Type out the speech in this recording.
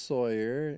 Sawyer